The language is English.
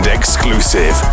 exclusive